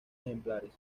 ejemplares